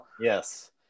yes